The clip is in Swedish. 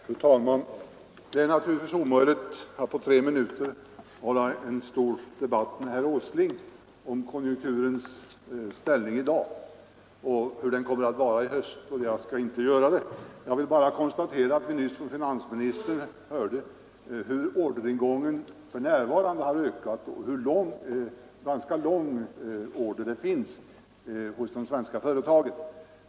Fru talman! Det är naturligtvis omöjligt att på tre minuter föra en stor debatt med herr Åsling om konjunkturens ställning i dag och hurdan den kommer att vara i höst, och jag skall inte göra det. Jag vill bara konstatera att vi nyss av finansministern hörde hur orderingången för närvarande har ökat och vilken ganska lång orderlista det finns hos de svenska företagen.